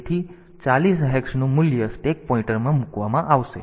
તેથી 40 હેક્સનું મૂલ્ય સ્ટેક પોઇન્ટરમાં મૂકવામાં આવશે